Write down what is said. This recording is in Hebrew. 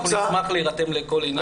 אנחנו נשמח להירתם לכל העניין.